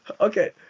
okay